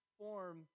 form